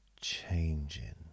changing